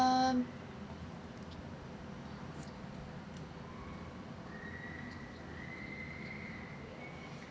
um